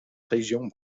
régions